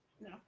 No